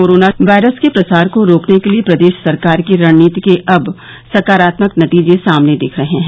corona virus के प्रसार को रोकने के लिए प्रदेश सरकार की रणनीति के अब सकारात्मक नतीजे सामने दिख रहे हैं